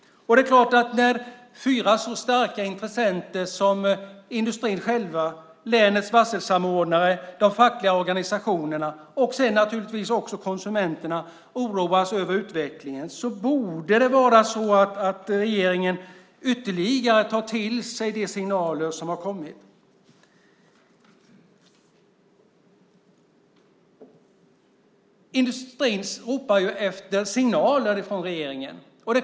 När fyra så starka intressenter som industrin själv, länets varselsamordnare, de fackliga organisationerna och konsumenterna oroas över utvecklingen borde regeringen ytterligare ta till sig de signaler som har kommit. Industrin ropar efter signaler från regeringen.